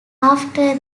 after